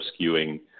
skewing